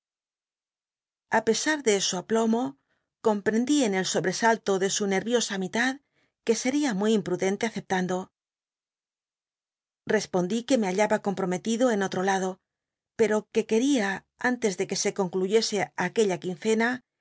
a pe w de su aplomo t'ollljil'ciiili l n el obresalto de su llet jo a mitad que cría muy imprudente aceptando respondí c ne me hallaba comprometido en hu lado pet'o que quería ante tic uc e concluyese aquella uincena